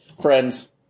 friends